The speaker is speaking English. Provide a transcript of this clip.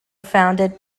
founded